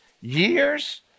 years